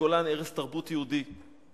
הגולן ערש תרבות יהודי.